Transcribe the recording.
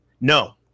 No